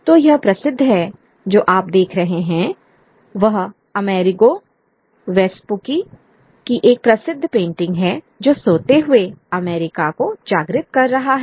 तो यह प्रसिद्ध है जो आप देख रहे हैं वह अमेरिगो वेस्पूकी की एक प्रसिद्ध पेंटिंग है जो सोते हुए अमेरिका को जागृत कर रहा है